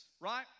right